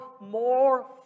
more